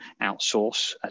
outsource